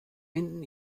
binden